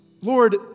Lord